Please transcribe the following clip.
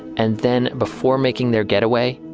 and then before making their getaway,